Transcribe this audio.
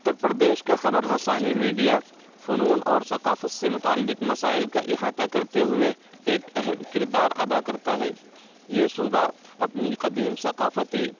اترپردیش کا خبر رسانی میڈیا فنون اور ثقافت سے متعلق مسائل کا احاطہ کرتے ہوئے ایک اہم کردار ادا کرتا ہے یہ صوبہ اپنی قدیم ثقافتی